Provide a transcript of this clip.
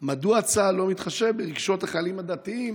2. מדוע צה"ל לא מתחשב ברגשות החיילים הדתיים